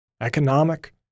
Economic